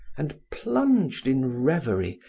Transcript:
and plunged in revery,